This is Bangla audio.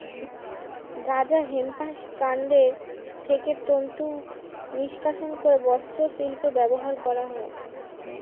গাঁজা বা হেম্পের কান্ড থেকে তন্তু নিষ্কাশণ করে বস্ত্রশিল্পে ব্যবহার করা হয়